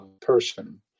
person